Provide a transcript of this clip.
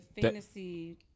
fantasy